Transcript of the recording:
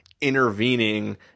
intervening